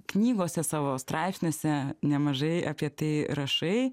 knygose savo straipsniuose nemažai apie tai rašai